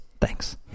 Thanks